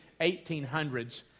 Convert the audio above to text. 1800s